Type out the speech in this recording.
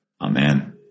Amen